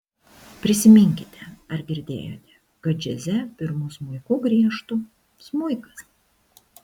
prisiminkite ar girdėjote kad džiaze pirmu smuiku griežtų smuikas